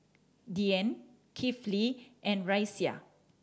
Dian Kifli and Raisya